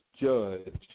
judge